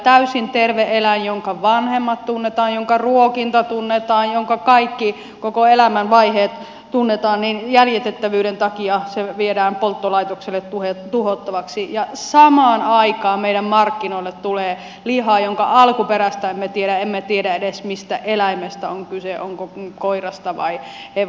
täysin terve eläin jonka vanhemmat tunnetaan jonka ruokinta tunnetaan jonka kaikki koko elämän vaiheet tunnetaan viedään jäljitettävyyden takia polttolaitokselle tuhottavaksi ja samaan aikaan meidän markkinoille tulee lihaa jonka alkuperästä emme tiedä edes mistä eläimestä on kyse onko kyse koirasta vai hevosesta